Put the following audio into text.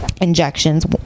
Injections